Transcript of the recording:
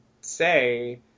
say